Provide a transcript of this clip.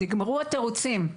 נגמרו התירוצים.